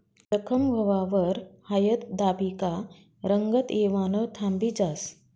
जखम व्हवावर हायद दाबी का रंगत येवानं थांबी जास